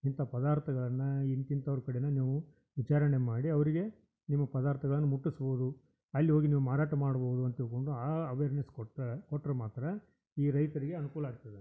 ಇಂಥ ಪದಾರ್ಥಗಳನ್ನು ಇಂತಿಂಥವ್ರ ಕಡೆಯೇ ನೀವು ವಿಚಾರಣೆ ಮಾಡಿ ಅವರಿಗೆ ನಿಮ್ಮ ಪದಾರ್ಥಗಳನ್ನು ಮುಟ್ಟಿಸ್ಬೋದು ಅಲ್ಲಿ ಹೋಗಿ ನೀವು ಮಾರಾಟ ಮಾಡ್ಬೋದು ಅಂತ ತಿಳ್ಕೊಂಡು ಆ ಅವೇರ್ನೆಸ್ ಕೊಟ್ಟರೆ ಕೊಟ್ರೆ ಮಾತ್ರ ಈ ರೈತರಿಗೆ ಅನುಕೂಲ ಆಗ್ತದೆ